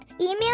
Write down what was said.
email